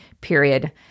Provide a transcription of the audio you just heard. period